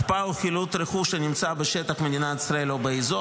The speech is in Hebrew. הקפאה או חילוט רכוש הנמצא בשטח מדינת ישראל או באזור.